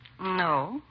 No